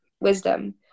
wisdom